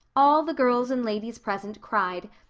all the girls and ladies present cried,